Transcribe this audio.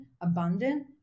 abundant